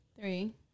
Three